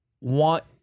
want